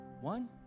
One